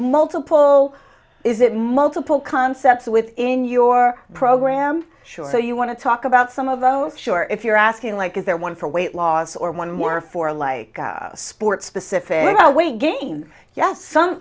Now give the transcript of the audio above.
multiple is it multiple concepts within your program sure so you want to talk about some of those sure if you're asking like is there one for weight loss or one more for like a sport specific weight gain yes some